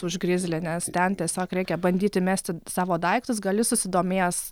už grizlį nes ten tiesiog reikia bandyti mesti savo daiktus gal jis susidomės